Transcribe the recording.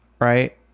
right